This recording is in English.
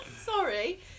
Sorry